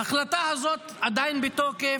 ההחלטה הזאת עדיין בתוקף.